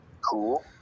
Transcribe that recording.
cool